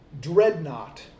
dreadnought